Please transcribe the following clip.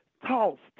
tossed